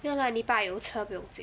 不用 lah 你爸有车不用经